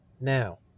Now